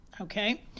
okay